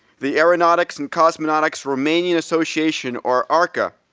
the aeronautics and cosmonautics romanian association, or arca,